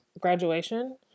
Graduation